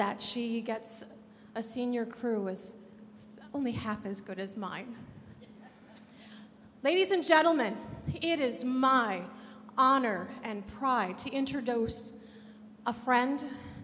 that she gets a senior crew was only half as good as mine ladies and gentlemen it is my honor and pride to introduce a friend